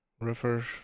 River